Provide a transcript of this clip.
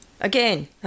Again